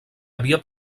havia